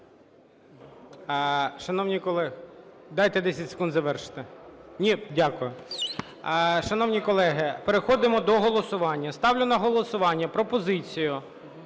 Дякую.